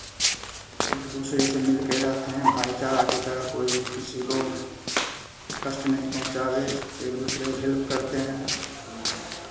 एक दूसरे से मिलकर रहते हैं भाईचारा के तरह कोई भी किसी को कष्ट नहीं पहुँचाए एक दूसरे को हेल्प करते हैं